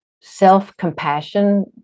self-compassion